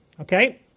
okay